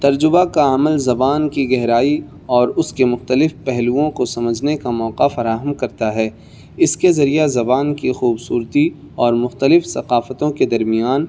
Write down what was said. ترجمہ کا عمل زبان کی گہرائی اور اس کے مختلف پہلوؤں کو سمجھنے کا موقع فراہم کرتا ہے اس کے ذریعہ زبان کی خوبصورتی اور مختلف ثقافتوں کے درمیان